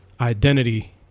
identity